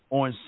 on